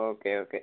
okay okay